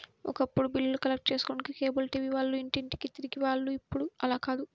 ఒకప్పుడు బిల్లులు కలెక్ట్ చేసుకోడానికి కేబుల్ టీవీ వాళ్ళు ఇంటింటికీ తిరిగే వాళ్ళు ఇప్పుడు అలా కాదు